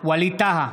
ווליד טאהא,